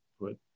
put